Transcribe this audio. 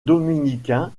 dominicain